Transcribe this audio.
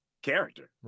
Character